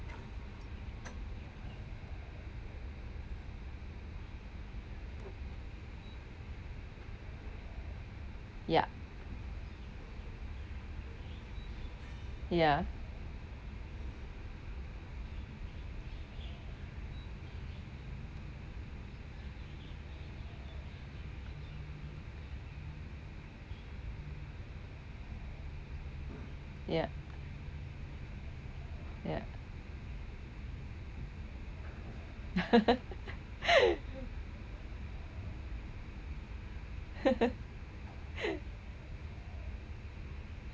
yup ya yup yup